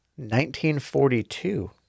1942